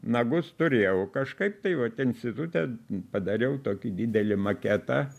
nagus turėjau kažkaip tai vat institute padariau tokį didelį maketą